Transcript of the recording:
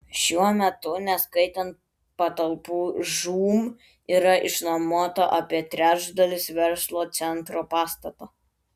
šiuo metu neskaitant patalpų žūm yra išnuomota apie trečdalis verslo centro pastato